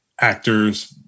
actors